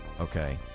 Okay